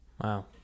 wow